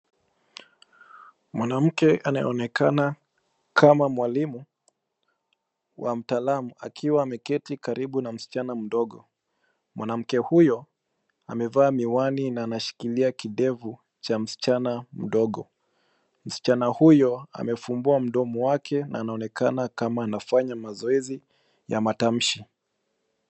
Mwanamke anayeoonekana kama mwalimu wa mtaalam akiwa ameketi karibu na msichana mdogo. Mwanamke huyo amevaa miwani na ameshikilia kidevu cha msichana mdogo. Msichana huyo amefumbua mdomo wake na anaonekana kama anafanya mazoezi ya matamshi.